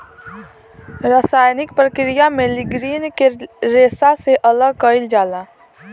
रासायनिक प्रक्रिया में लीग्रीन के रेशा से अलग कईल जाला